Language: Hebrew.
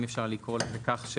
אם אפשר לקרוא לזה כך,